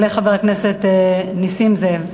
יעלה חבר הכנסת נסים זאב.